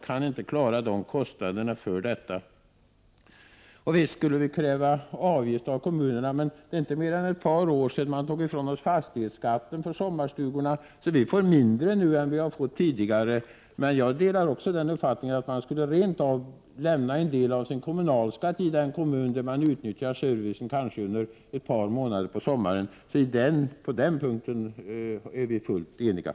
Visst skulle kommunerna kunna kräva avgift av sommargästerna, men det är inte mer än ett par år sedan man tog ifrån oss fastighetsskatten för sommarstugorna så att vi nu får mindre än vi har fått tidigare. Men jag delar Birgitta Dahls uppfattning på den här punkten. Jag tycker att man rent av skulle lämna en del av sin kommunalskatt i den kommun där man utnyttjar servicen under kanske ett par månader på sommaren. På den punkten är vi alltså helt ense. Tack!